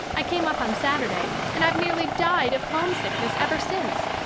i came up on saturday and i've nearly died of homesickness ever since.